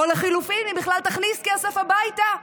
או לחלופין אם בכלל תכניס כסף הביתה.